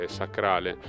sacrale